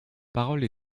parole